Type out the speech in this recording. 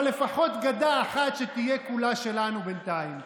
אבל לפחות שגדה אחת תהיה כולה שלנו בינתיים.